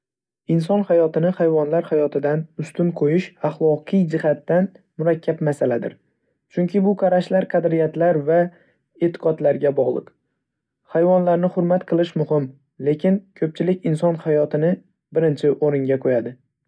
Inson hayotini hayvonlar hayotidan ustun qo‘yish axloqiy jihatdan murakkab masaladir, chunki bu qarashlar qadriyatlar va e'tiqodlarga bog‘liq. Hayvonlarni hurmat qilish muhim, lekin ko‘pchilik inson hayotini birinchi o‘ringa qo‘yadi.